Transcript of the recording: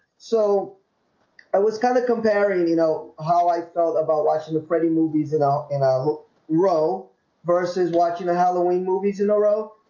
so i was kind of comparing and you know, how i felt about watching the freddy movies at all in a row versus watching the halloween movies in a row